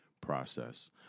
process